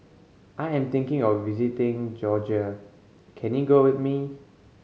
I am thinking of visiting Georgia can you go with me